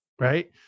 Right